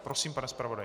Prosím, pane zpravodaji.